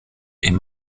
est